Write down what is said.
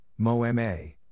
MoMA